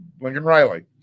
Lincoln-Riley